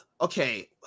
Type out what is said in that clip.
okay